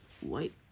White